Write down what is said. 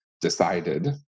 decided